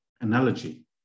analogy